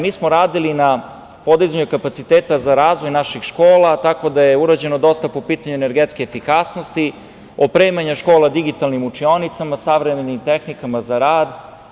Mi smo radili na podizanju kapaciteta za razvoj naših škola, tako da je urađeno dosta po pitanju energetske efikasnosti, opremanja škola digitalnim učionicama, savremenim tehnikama za rad.